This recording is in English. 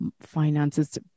finances